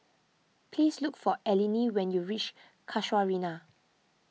please look for Eleni when you reach Casuarina